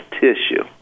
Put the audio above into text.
tissue